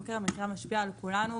זה משפיע על כולנו,